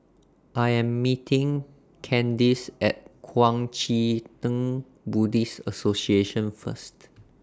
I Am meeting Candis At Kuang Chee Tng Buddhist Association First